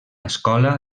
escola